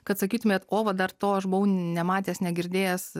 kad sakytumėt o vat dar to aš buvau nematęs negirdėjęs